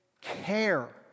care